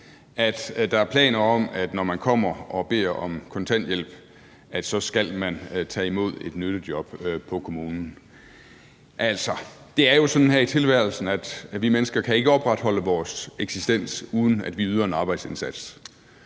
at der er planer om, at man, når man kommer og beder om kontanthjælp, så skal tage imod et nyttejob på kommunen. Altså, det er jo sådan her i tilværelsen, at vi mennesker ikke kan opretholde vores eksistens, uden at vi yder en arbejdsindsats.